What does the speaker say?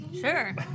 Sure